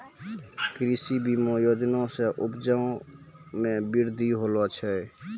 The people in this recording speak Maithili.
कृषि बीमा योजना से उपजा मे बृद्धि होलो छै